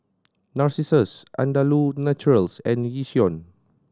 Narcissus Andalou Naturals and Yishion